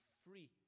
free